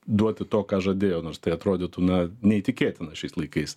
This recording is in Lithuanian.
duoti to ką žadėjo nors tai atrodytų na neįtikėtina šiais laikais